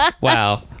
wow